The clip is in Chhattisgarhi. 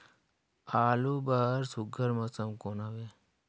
आलू बर सुघ्घर मौसम कौन हवे?